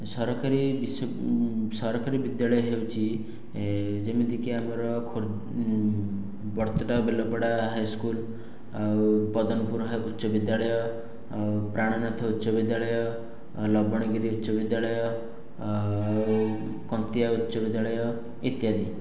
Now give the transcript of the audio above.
ସରକାରୀ ବିଶ୍ୱ ସରକାରୀ ବିଦ୍ୟାଳୟ ହେଉଛି ଯେମିତିକି ଆମର ଖୋର୍ ବରତଡ଼ା ବେଲପଡ଼ା ହାଇସ୍କୁଲ୍ ଆଉ ପଦନପୁର ହା ଉଚ୍ଚ ବିଦ୍ୟାଳୟ ଆଉ ପ୍ରାଣନାଥ ଉଚ୍ଚ ବିଦ୍ୟାଳୟ ଲବଣଗିରି ଉଚ୍ଚ ବିଦ୍ୟାଳୟ ଆଉ କନ୍ତିଆ ଉଚ୍ଚ ବିଦ୍ୟାଳୟ ଇତ୍ୟାଦି